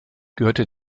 gehörte